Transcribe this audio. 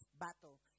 battle